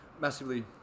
Massively